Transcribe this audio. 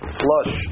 flush